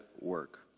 work